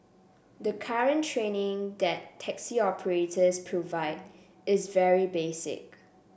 the current training that taxi operators provide is very basic